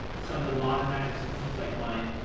some of the modern magic systems like mine,